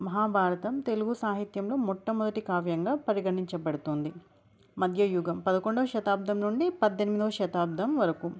మహాభారతం తెలుగు సాహిత్యంలో మొట్టమొదటి కావ్యంగా పరిగణించబడుతుంది మధ్యయుగం పదకొండవ శతాబ్దం నుండి పద్దెనిమిదవ శతాబ్దం వరకు